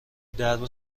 درب